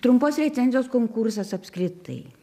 trumpos recenzijos konkursas apskritai